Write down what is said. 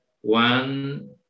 one